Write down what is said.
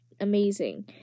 amazing